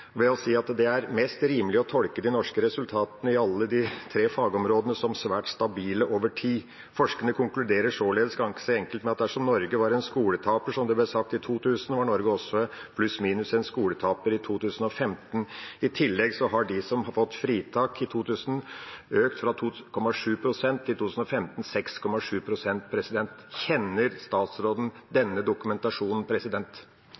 ved å si at det er mest rimelig å tolke de norske resultatene i de tre fagområdene som svært stabile over tid. Forskerne konkluderer således ganske enkelt med at dersom Norge var en skoletaper, som det ble sagt i 2000, var Norge pluss/minus en skoletaper også i 2015. I tillegg har de som har fått fritak i 2000, økt fra 2,7 pst. til 6,7 pst. i 2015. Kjenner statsråden denne dokumentasjonen? Ja, og jeg kjenner